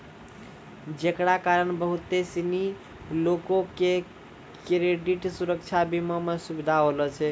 जेकरा कारण बहुते सिनी लोको के क्रेडिट सुरक्षा बीमा मे सुविधा होलो छै